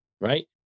right